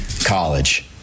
college